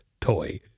toy